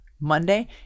Monday